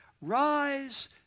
rise